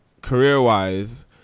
career-wise